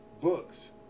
books